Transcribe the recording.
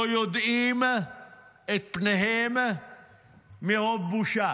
לא מראים את פניהם מרוב בושה,